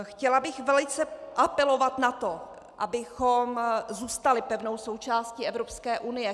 Chtěla bych velice apelovat na to, abychom zůstali pevnou součástí Evropské unie.